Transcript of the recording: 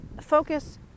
focus